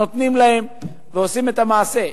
נותנים להם ועושים את המעשה.